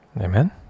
Amen